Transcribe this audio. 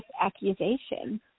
accusation